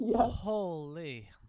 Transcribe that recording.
Holy